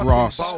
Ross